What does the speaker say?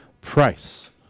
price